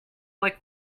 like